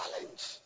challenge